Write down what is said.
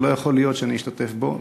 ולא יכול להיות שאני אשתתף בו,